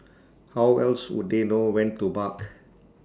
how else would they know when to bark